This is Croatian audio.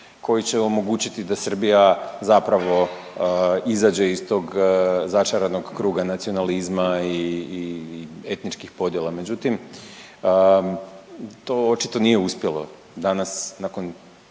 koji će omogućiti da Srbija zapravo izađe iz tog začaranog kruga nacionalizma i etničkih podjela. Međutim, to očito nije uspjelo. Danas nakon